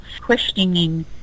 questioning